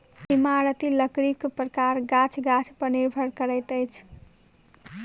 इमारती लकड़ीक प्रकार गाछ गाछ पर निर्भर करैत अछि